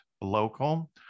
local